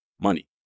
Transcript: money